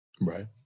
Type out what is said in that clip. Right